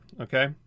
Okay